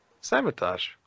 sabotage